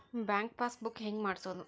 Bank passbook ಹೆಂಗ್ ಮಾಡ್ಸೋದು?